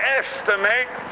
estimate